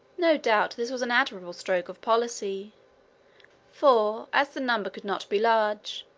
no doubt this was an admirable stroke of policy for, as the number could not be large,